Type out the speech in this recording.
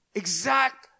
exact